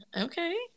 Okay